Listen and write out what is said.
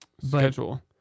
Schedule